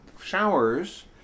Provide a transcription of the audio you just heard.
showers